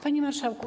Panie Marszałku!